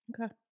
Okay